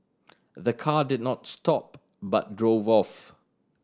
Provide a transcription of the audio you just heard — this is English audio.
the car did not stop but drove off